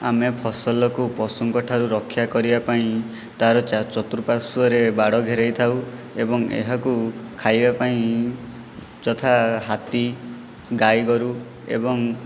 ଆମେ ଫସଲକୁ ପଶୁଙ୍କଠାରୁ ରକ୍ଷା କରିବା ପାଇଁ ତାର ଚାଚତୁରପାର୍ଶ୍ଵରେ ବାଡ଼ ଘେରାଇଥାଉ ଏବଂ ଏହାକୁ ଖାଇବା ପାଇଁ ଯଥା ହାତୀ ଗାଈ ଗୋରୁ ଏବଂ